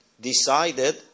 decided